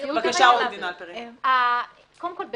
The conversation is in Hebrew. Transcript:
קודם כל,